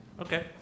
Okay